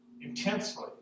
intensely